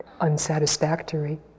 unsatisfactory